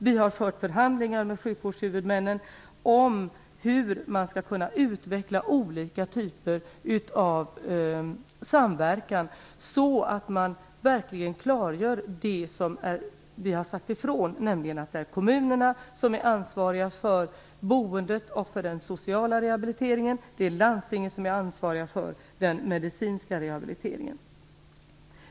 Vi har fört förhandlingar med sjukvårdshuvudmännen om hur man skall kunna utveckla olika typer av samverkan så att man klargör det som vi har sagt ifrån, nämligen att det är kommunerna som är ansvariga för boendet och för den sociala rehabiliteringen, medan landstingen är ansvariga för den medicinska rehabiliteringen.